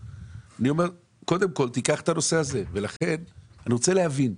אני אומר שקודם כל קח את הנושא הזה ולכן אני רוצה להבין.